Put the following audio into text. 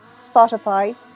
spotify